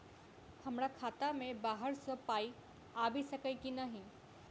हमरा खाता मे बाहर सऽ पाई आबि सकइय की नहि?